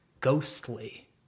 ghostly